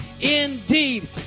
indeed